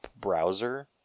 browser